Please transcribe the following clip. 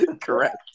Correct